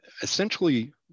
essentially